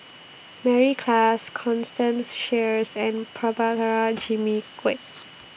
Mary Klass Constance Sheares and Prabhakara Jimmy Quek